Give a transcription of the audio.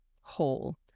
whole